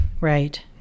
right